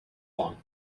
one